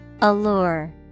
Allure